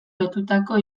lotutako